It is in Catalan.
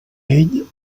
ell